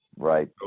Right